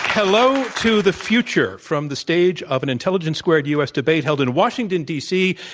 hello to the future from the stage of an intelligence squared u. s. debate held in washington, d. c.